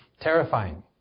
terrifying